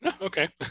okay